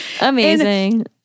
Amazing